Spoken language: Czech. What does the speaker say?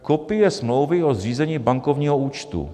Kopie smlouvy od zřízení bankovního účtu.